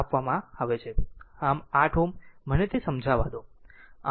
આમ આમ 8 Ω મને સમજાવા દો